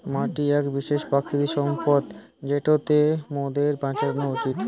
মাটি এক বিশেষ প্রাকৃতিক সম্পদ যেটোকে মোদের বাঁচানো উচিত